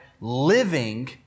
living